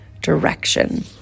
direction